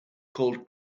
called